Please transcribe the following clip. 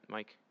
Mike